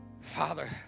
Father